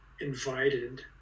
invited